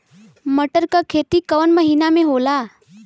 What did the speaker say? मटर क खेती कवन महिना मे होला?